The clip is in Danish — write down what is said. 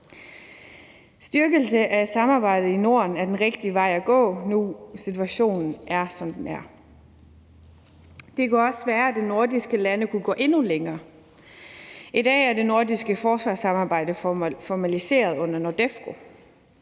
Styrkelse af samarbejdet i Norden er den rigtige vej at gå nu, hvor situationen er, som den er. Det kunne også være, at de nordiske lande kunne gå endnu længere. I dag er det nordiske forsvarssamarbejde formaliseret under NORDEFCO,